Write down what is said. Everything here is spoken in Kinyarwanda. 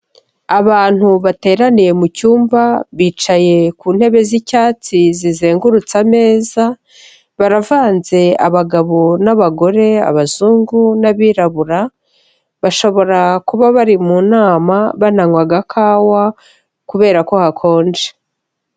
Abantu bateraniye mu cyumba, bicaye ku ntebe z'icyatsi zizengurutse ameza, baravanze abagabo n'abagore, abazungu n'abirabura, bashobora kuba bari mu nama, bananywa agakawa, kubera ko hakonje.